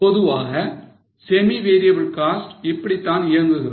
பொதுவாக semi variable cost இப்படித்தான் இயங்குகிறது